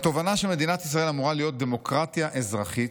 "התובנה שמדינת ישראל אמורה להיות דמוקרטיה אזרחית,